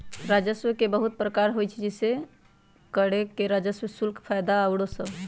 राजस्व के बहुते प्रकार होइ छइ जइसे करें राजस्व, शुल्क, फयदा आउरो सभ